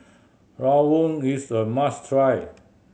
rawon is a must try